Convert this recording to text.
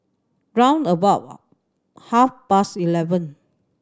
round about half past eleven